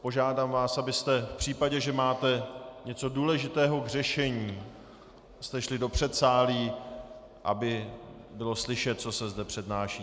Požádám vás, abyste v případě, že máte něco důležitého k řešení, šli do předsálí, aby bylo slyšet, co se zde přednáší.